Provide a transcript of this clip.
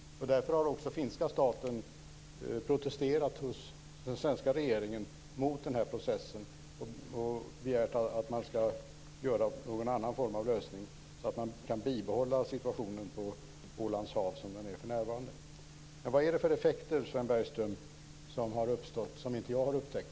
Därför har också finska staten protesterat hos den svenska regeringen mot den här processen och begärt att man ska göra någon annan form av lösning, så att man kan bibehålla situationen på Ålandshav som den är för närvarande. Vad är det för effekter som har uppstått, Sven Bergström, som inte jag har upptäckt?